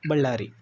Ballari